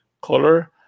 color